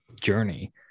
journey